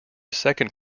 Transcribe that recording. second